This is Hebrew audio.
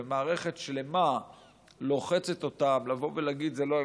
ומערכת שלמה לוחצת אותם לבוא ולהגיד: זה לא,